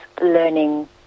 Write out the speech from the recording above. learning